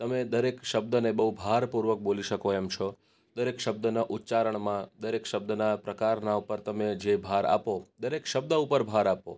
તમે દરેક શબ્દને બહુ ભારપૂર્વક બોલી શકો એમ છો દરેક શબ્દના ઉચ્ચારણમાં દરેક શબ્દના પ્રકારના ઉપર તમે જે ભાર આપો દરેક શબ્દ ઉપર ભાર આપો